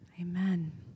amen